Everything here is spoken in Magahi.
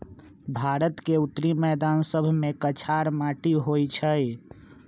भारत के उत्तरी मैदान सभमें कछार माटि होइ छइ